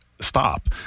stop